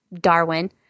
Darwin